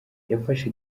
yafashe